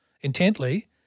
intently